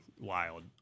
wild